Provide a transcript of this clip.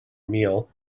meal